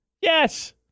Yes